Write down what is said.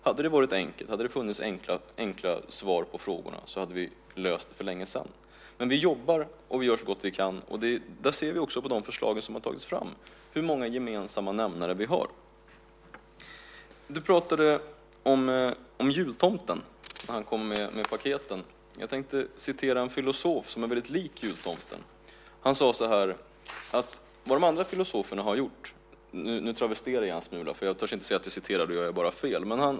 Hade det funnits enkla svar på frågorna hade vi löst detta för länge sedan. Vi jobbar, och vi gör så gott vi kan. Av de förslag som har tagits fram ser vi hur många gemensamma nämnare vi har. Du pratade om jultomten som kommer med paket. Jag ska citera en filosof som är väldigt lik jultomten. Jag travesterar en smula. Jag törs inte säga att jag citerar. Då gör jag bara fel.